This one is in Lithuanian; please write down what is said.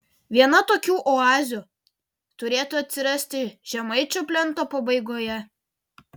viena tokių oazių turėtų atsirasti žemaičių plento pabaigoje